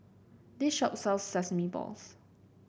this shop sells Sesame Balls